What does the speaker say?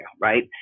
Right